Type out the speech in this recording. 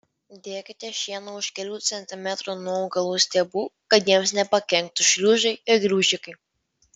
dėkite šieną už kelių centimetrų nuo augalų stiebų kad jiems nepakenktų šliužai ir graužikai